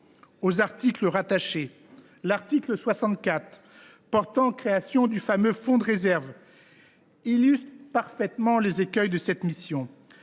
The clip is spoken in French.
aux articles rattachés. L’article 64 portant création du fameux fonds de réserve illustre parfaitement les écueils de cette mission.